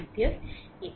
এই উত্তর